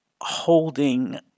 holding